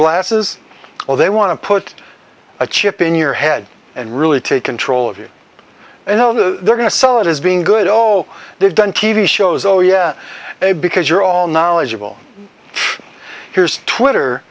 glasses or they want to put a chip in your head and really take control of you and they're going to sell it as being good oh they've done t v shows oh yeah because you're all knowledgeable here's twitter